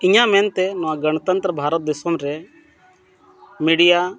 ᱤᱧᱟᱹᱜ ᱢᱮᱱᱛᱮ ᱱᱚᱣᱟ ᱜᱟᱱᱛᱚᱱᱛᱨᱚ ᱵᱷᱟᱨᱚᱛ ᱫᱤᱥᱚᱢ ᱨᱮ ᱢᱤᱰᱤᱭᱟ